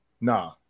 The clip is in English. nah